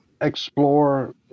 explore